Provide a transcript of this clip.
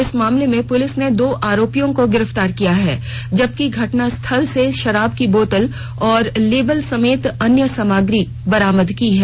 इस मामले में पुलिस ने दो आरोपियों को गिरफ्तार किया है जबकि घटनास्थल से शराब की बोतल और लेबल समेत अन्य सामग्री बरामद की है